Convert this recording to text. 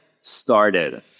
started